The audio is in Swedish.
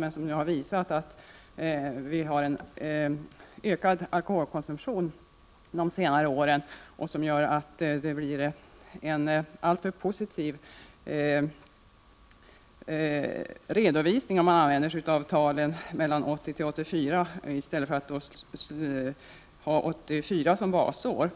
Det har ju visat sig att alkoholkonsumtionen ökat under senare år, vilket gör att redovisningen blir alltför positiv, om man använder sig av konsumtionstalen mellan 1980 och 1984 i stället för att ha 1984 som basår.